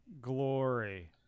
glory